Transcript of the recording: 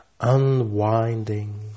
unwinding